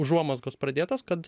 užuomazgos pradėtos kad